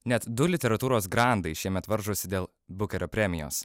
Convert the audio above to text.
net du literatūros grandai šiemet varžosi dėl bukerio premijos